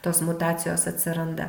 tos mutacijos atsiranda